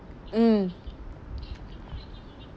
mm